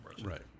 Right